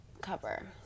cover